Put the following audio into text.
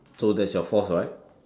so that's your fourth right